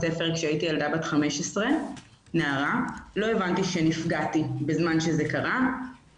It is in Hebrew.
ספר כשהייתי נערה בת 15. לא הבנתי שנפגעתי בזמן שזה קרה,